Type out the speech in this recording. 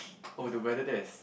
oh the weather there is